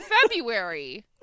February